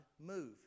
move